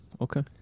Okay